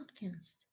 podcast